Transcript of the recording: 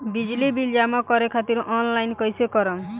बिजली बिल जमा करे खातिर आनलाइन कइसे करम?